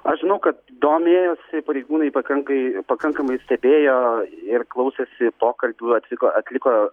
aš žinau kad domėjosi pareigūnai pakankai pakankamai stebėjo ir klausėsi pokalbių atliko atliko